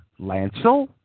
Lancel